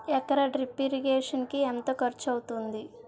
ఎకర drip irrigation కి ఎంత ఖర్చు అవుతుంది?